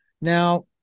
now